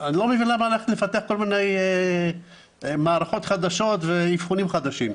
אני לא מבין למה לפתח כל מיני מערכות חדשות ואבחונים חדשים.